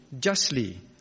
justly